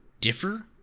differ